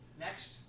Next